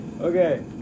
Okay